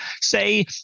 Say